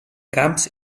camps